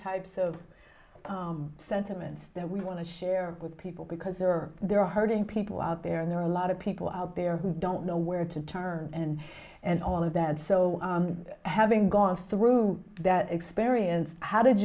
types of sentiments that we want to share with people because there are there are hurting people out there and there are a lot of people out there who don't know where to turn and and all of that so having gone through that experience how did